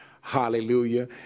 Hallelujah